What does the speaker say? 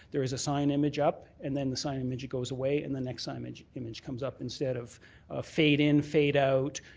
there is a sign image up and then the sign image goes away and the next sign image image comes up. instead of fade in, fade out,